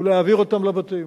להעביר אותם לבתים,